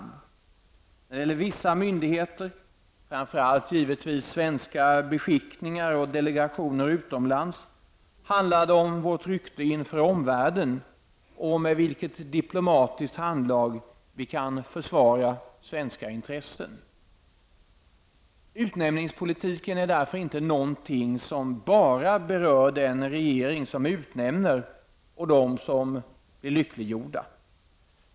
När det gäller vissa myndigheter, framför allt givetvis svenska beskickningar och delegationer utomlands, handlar det om vårt rykte inför omvärlden och med vilket diplomatiskt handlag vi kan försvara svenska intressen. Utnämningspolitiken är därför inte något som bara berör den regering som utnämner och de som blir lyckliggjorda.